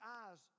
eyes